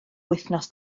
wythnos